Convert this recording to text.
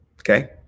Okay